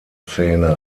zähne